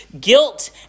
Guilt